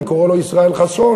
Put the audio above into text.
אני קורא לו ישראל חסון,